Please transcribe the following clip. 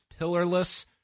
pillarless